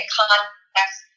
context